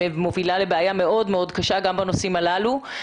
מובילה לבעיה מאוד מאוד קשה גם בנושאים הללו.